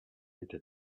était